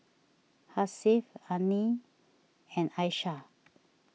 Hasif Adi and Aishah